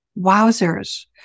wowzers